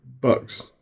bucks